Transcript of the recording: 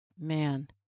Man